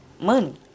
money